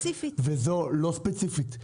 נכון, אבל זה ברשות ספציפית.